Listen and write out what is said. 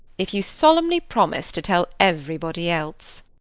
if you solemnly promise to tell everybody else.